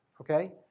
okay